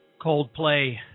Coldplay